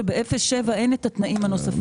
שב-0 עד 7 אין את התנאים הנוספים.